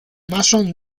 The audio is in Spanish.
mason